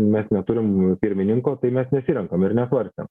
mes neturim pirmininko tai mes nesirenkam ir nesvarstėm